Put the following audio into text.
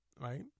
right